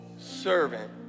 servant